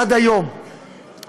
עד היום היו,